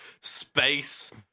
space